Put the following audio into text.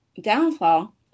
downfall